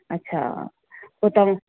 अच्छा पोइ त